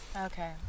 Okay